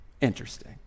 Interesting